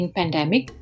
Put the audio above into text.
pandemic